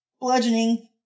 bludgeoning